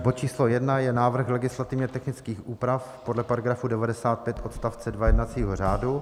Bod číslo 1 je návrh legislativně technických úprav podle § 95 odst. 2 jednacího řádu.